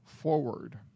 Forward